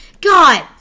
God